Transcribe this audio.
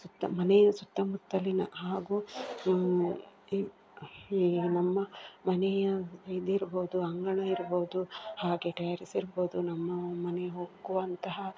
ಸುತ್ತ ಮನೆಯ ಸುತ್ತಮುತ್ತಲಿನ ಹಾಗೂ ಈ ಈ ನಮ್ಮ ಮನೆಯ ಇದಿರ್ಬೌದು ಅಂಗಳ ಇರ್ಬೌದು ಹಾಗೇ ಟೇರೆಸ್ ಇರ್ಬೋದು ನಮ್ಮ ಮನೆ ಹೊಕ್ಕುವಂತಹ